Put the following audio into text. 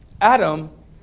Adam